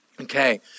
Okay